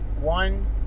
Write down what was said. one